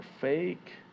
fake